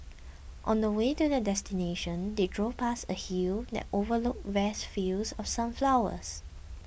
on the way to their destination they drove past a hill that overlooked vast fields of sunflowers